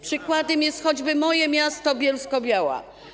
Przykładem jest choćby moje miasto Bielsko-Biała.